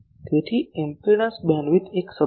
તેથી impedance bandwidth એક શબ્દ છે